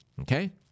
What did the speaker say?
Okay